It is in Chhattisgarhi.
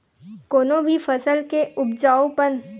कोनो भी फसल के उपजाउ पन ह उहाँ के माटी के हिसाब ले घलो रहिथे